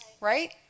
right